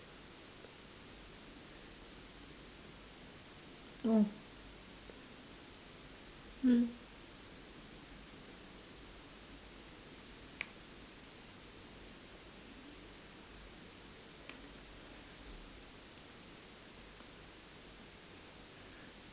oh mm